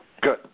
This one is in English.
Good